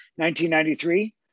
1993